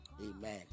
amen